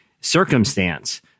circumstance